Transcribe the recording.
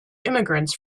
immigrants